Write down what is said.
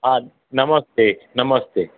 हा नमस्ते नमस्ते